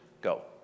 Go